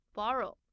borrow